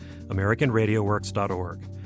AmericanRadioWorks.org